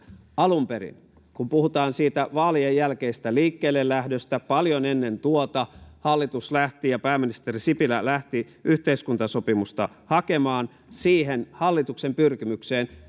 alun perin kun puhutaan siitä vaalien jälkeisestä liikkeellelähdöstä paljon ennen tuota hallitus lähti ja pääministeri sipilä lähti yhteiskuntasopimusta hakemaan siihen hallituksen pyrkimykseen